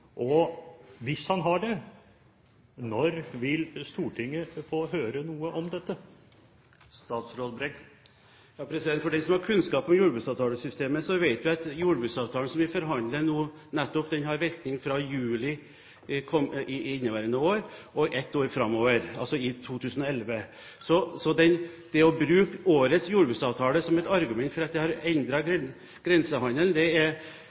Og hvis han har det, når vil Stortinget få høre noe om dette? De som har kunnskap om jordbruksavtalesystemet, vet at jordbruksavtalen som vi forhandlet nå nettopp, har virkning fra juli inneværende år og ett år framover, altså i 2011. Så å bruke årets jordbruksavtale som et argument for at det har endret grensehandelen, er i alle fall litt påtakelig, synes jeg. Grensehandelen har økt fra 2008 til 2009 og fra 2009 til 2010. Det